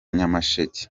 nyamasheke